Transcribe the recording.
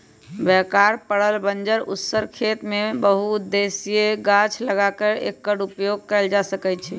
बेकार पड़ल बंजर उस्सर खेत में बहु उद्देशीय गाछ लगा क एकर उपयोग कएल जा सकै छइ